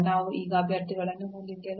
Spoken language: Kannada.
ನಾವು ಈಗ ಅಭ್ಯರ್ಥಿಗಳನ್ನು ಹೊಂದಿದ್ದೇವೆ